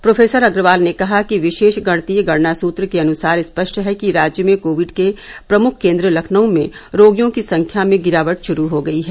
professor Agarwal ने कहा कि विशेष गणितीय गणना सूत्र के अनुसार स्पष्ट है कि राज्य में कोविड के प्रमुख केंद्र लखनऊ में रोगियों की संख्या में गिरावट शुरू हो गई है